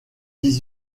dix